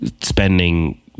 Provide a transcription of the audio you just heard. spending